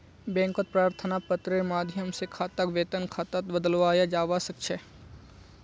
बैंकत प्रार्थना पत्रेर माध्यम स खाताक वेतन खातात बदलवाया जबा स ख छ